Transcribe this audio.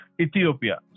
Ethiopia